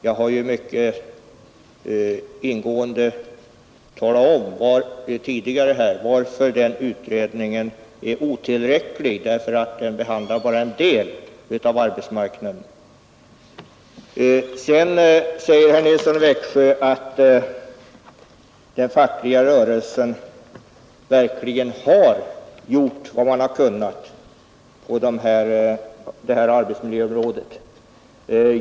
Jag har ju tidigare här mycket ingående talat om varför den utredningen är otillräcklig; den behandlar nämligen bara en del av arbetsmarknaden. Herr Nilsson i Växjö säger vidare att den fackliga rörelsen verkligen har gjort vad man har kunnat på arbetsmiljöområdet.